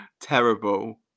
terrible